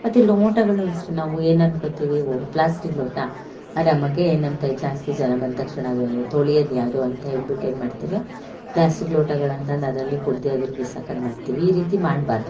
ಮತ್ತು ಲೋಟಗಳನ್ನು ಅಷ್ಟೇ ನಾವು ಏನು ಅನ್ಕೊತೀವಿ ಓ ಪ್ಲಾಸ್ಟಿಕ್ ಲೋಟ ಆರಾಮಾಗೆ ಏನಂತ ಜಾಸ್ತಿ ಜನ ಬಂದ ತಕ್ಷಣ ಹಾಗೇ ಅಯ್ಯೊ ತೊಳಿಯದು ಯಾರು ಅಂತ ಹೇಳ್ಬಿಟ್ಟು ಏನು ಮಾಡ್ತೀವಿ ಪ್ಲಾಸ್ಟಿಕ್ ಲೋಟಗಳನ್ನು ತಂದು ಅದರಲ್ಲಿ ಕುಡ್ದು ಅದನ್ನು ಬಿಸಾಕೋದು ಮಾಡ್ತೀವಿ ಈ ರೀತಿ ಮಾಡ್ಬಾರದು